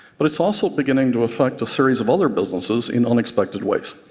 but it's also beginning to affect a series of other businesses in unexpected ways.